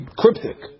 cryptic